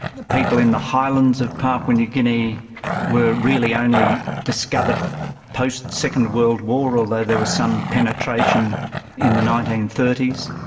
the people in the highlands of papua new guinea were really only discovered post-second world war, although there was some penetration in the nineteen thirty s.